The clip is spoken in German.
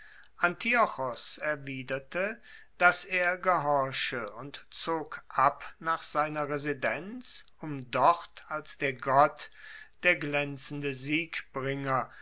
antiochos erwiderte dass er gehorche und zog ab nach seiner residenz um dort als der gott der glaenzende